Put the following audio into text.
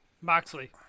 Moxley